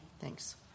Thanks